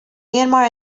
myanmar